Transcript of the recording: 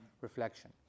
reflection